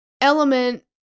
element